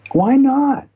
why not?